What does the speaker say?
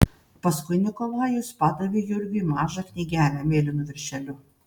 paskui nikolajus padavė jurgiui mažą knygelę mėlynu viršeliu